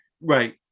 right